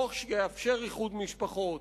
חוק שיאפשר איחוד משפחות,